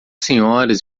senhoras